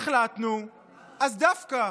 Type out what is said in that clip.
החלטנו, אז דווקא.